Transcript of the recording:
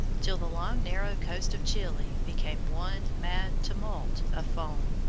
till the long narrow coast of chili became one mad tumult of foam.